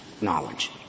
knowledge